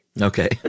Okay